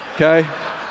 okay